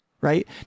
Right